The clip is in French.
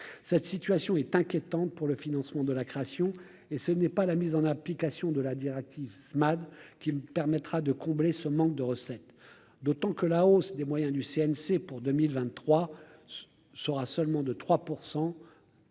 cette situation est inquiétante pour le financement de la création et ce n'est pas la mise en application de la 10 ratisse Mad qui me permettra de combler ce manque de recettes, d'autant que la hausse des moyens du CNC pour 2023 ce sera seulement de 3